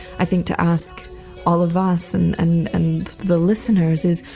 i think, to ask all of us and and and the listeners is,